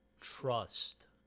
Trust